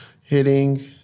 Hitting